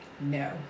no